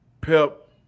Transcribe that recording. Pep